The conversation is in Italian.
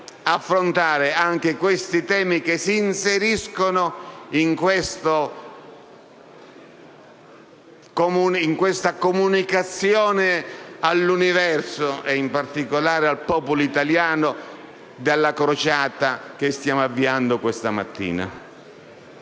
affrontare anche i temi che si inseriscono in questa comunicazione all'universo, e in particolare al popolo italiano, della crociata che stiamo avviando questa mattina.